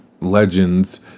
legends